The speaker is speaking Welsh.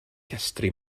llestri